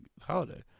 holiday